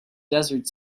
desert